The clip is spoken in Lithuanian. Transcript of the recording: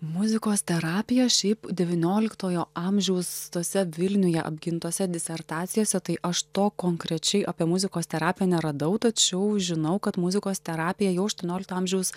muzikos terapija šiaip devynioliktojo amžiaus tose vilniuje apgintose disertacijose tai aš to konkrečiai apie muzikos terapiją neradau tačiau žinau kad muzikos terapija jau aštuoniolikto amžiaus